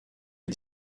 est